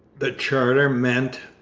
the charter meant,